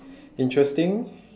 interesting